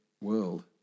world